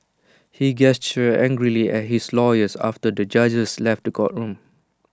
he gestured angrily at his lawyers after the judges left the courtroom